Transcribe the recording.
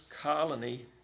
colony